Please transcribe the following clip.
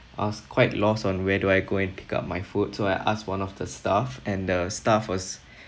I was quite lost on where do I go and pick up my food so I asked one of the staff and the staff was